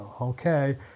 okay